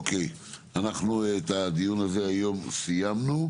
אוקיי, אנחנו את הדיון הזה היום סיימנו.